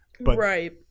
Right